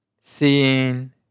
seeing